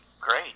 great